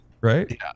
right